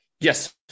Yes